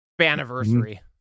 anniversary